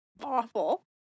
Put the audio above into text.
awful